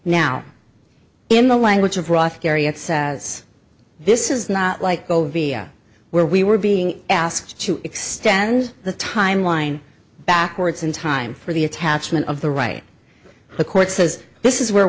now in the language of rothbury it says this is not like go where we were being asked to extend the time line backwards in time for the attachment of the right the court says this is where